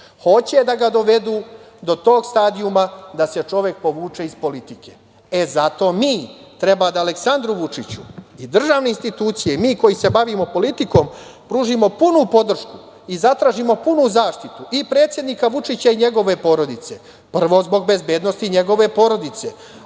da ga dovedu do tog stadijuma, da se čovek povuče iz politike. Zato mi treba da Aleksandru Vučiću i državne institucije i mi koji se bavimo politikom, pružimo punu podršku i zatražimo punu zaštitu i predsednika Vučića i njegove porodice. Prvo, zbog bezbednosti njegove porodice,